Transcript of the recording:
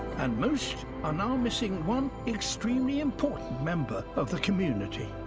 and most are now missing one extremely important member of the community.